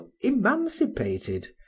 emancipated